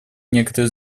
некоторые